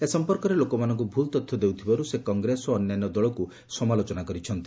ଏ ସଂପର୍କରେ ଲୋକମାନଙ୍କୁ ଭୁଲ୍ ତଥ୍ୟ ଦେଉଥିବାରୁ ସେ କଂଗ୍ରେସ ଓ ଅନ୍ୟାନ୍ୟ ଦଳଙ୍କୁ ସମାଲୋଚନା କରିଛନ୍ତି